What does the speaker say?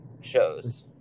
shows